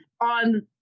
on